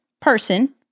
person